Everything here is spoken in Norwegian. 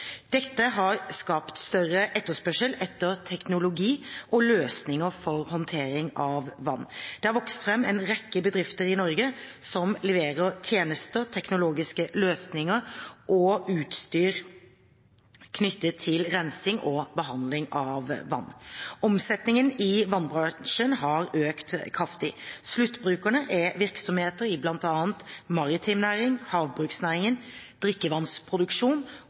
Dette har skapt større etterspørsel etter teknologi og løsninger for håndtering av vann. Det har vokst fram en rekke bedrifter i Norge som leverer tjenester, teknologiske løsninger og utstyr knyttet til rensing og behandling av vann. Omsetningen i vannbransjen har økt kraftig. Sluttbrukerne er virksomheter i bl.a. maritim næring, havbruksnæringen, drikkevannsproduksjon